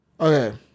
Okay